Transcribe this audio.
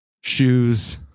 shoes